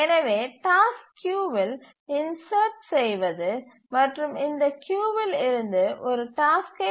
எனவே டாஸ்க் கியூவில் இன்சர்ட் செய்வது மற்றும் இந்த கியூவில் இருந்து ஒரு டாஸ்க்கை